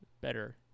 better